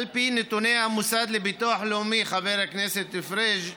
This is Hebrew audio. על פי נתוני המוסד לביטוח לאומי, חבר הכנסת פריג',